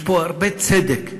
יש פה הרבה צדק.